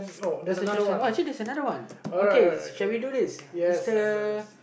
actually there's another one okay shall we do this Mister